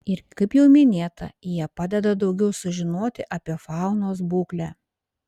ir kaip jau minėta jie padeda daugiau sužinoti apie faunos būklę